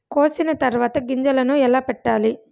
కోసిన తర్వాత గింజలను ఎలా పెట్టాలి